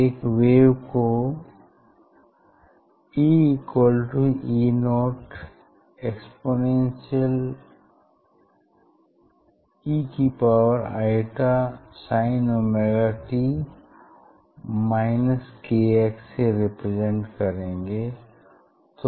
एक वेव को EE0 eisinωt kx से रिप्रेजेंट करेंगे